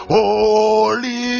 Holy